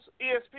ESPN